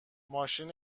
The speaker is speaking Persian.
ماشین